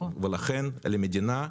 ולכן למדינה,